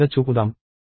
మన దగ్గర whilev